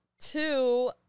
Two